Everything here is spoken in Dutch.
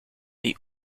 die